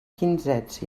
quinzets